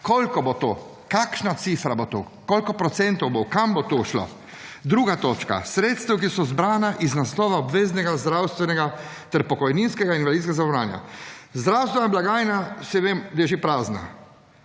koliko bo to, kakšna cifra bo to, koliko procentov bo, kam to šlo? Druga točka. Sredstev, ki so zbrana iz naslova obveznega zdravstvenega ter pokojninskega in invalidskega zavarovanja. Zdravstvena blagajna saj vem, da je že prazna.